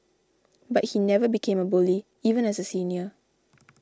but he never became a bully even as a senior